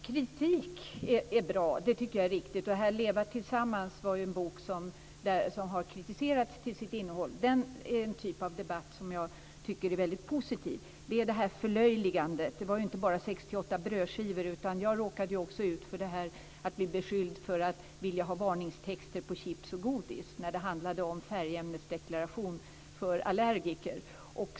Fru talman! Kritik är bra. Boken Leva tillsammans har ju kritiserats till sitt innehåll. Det är en typ av debatt som är väldigt positiv. Det är förlöjligandet som inte är bra. Det handlade inte bara om sex-åtta brödskivor, utan jag råkade också ut för att bli beskylld för att vilja ha varningstexter på chips och godis, när det i själva verket handlade om färgmedelsdeklaration för allergiker.